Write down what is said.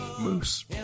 Moose